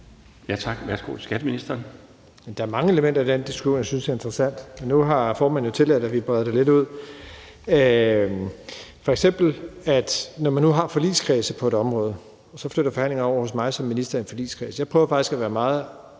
Kl. 17:51 Skatteministeren (Jeppe Bruus): Der er mange elementer i den diskussion, jeg synes er interessante. Nu har formanden jo tilladt, at vi breder det lidt ud, f.eks. at når man nu har forligskredse på et område, så flyttes forhandlingerne i forligskredsen over til mig som minister. Jeg prøver faktisk at anstrenge